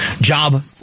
job